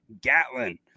Gatlin